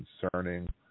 concerning